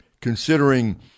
considering